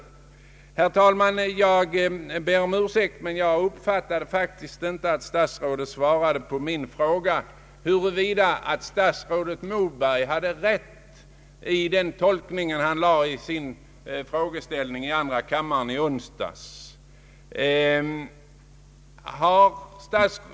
Herr talman! Jag ber om ursäkt, men jag uppfattade faktiskt inte att statsrådet Carlsson svarade på min fråga huruvida statsrådet Moberg hade rätt i den tolkning han inlade i sin frågeställning i andra kammaren i onsdags.